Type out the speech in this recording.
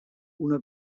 una